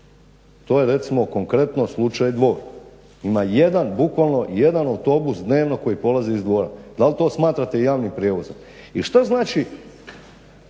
To je recimo konkretno slučaj Dvor. Ima jedan bukvalno jedan autobus dnevno koji polazi iz Dvora. Da li to smatrate javnim prijevozom? I što znači